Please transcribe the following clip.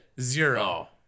Zero